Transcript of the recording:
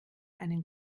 einen